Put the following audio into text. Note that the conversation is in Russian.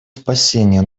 спасения